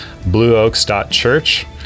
blueoaks.church